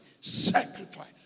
sacrifice